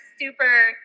super